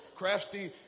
Crafty